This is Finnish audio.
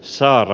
sara